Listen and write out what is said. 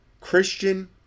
Christian